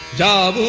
da